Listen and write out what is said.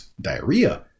diarrhea